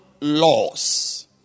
laws